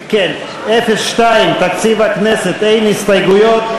02, תקציב הכנסת, אין הסתייגויות.